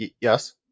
Yes